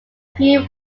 few